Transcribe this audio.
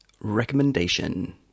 Recommendation